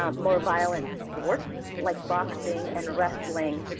um more violent sports like boxing and wrestling.